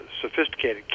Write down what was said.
sophisticated